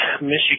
Michigan